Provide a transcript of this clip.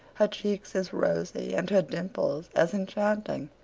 her cheeks as rosy, and her dimples as enchanting,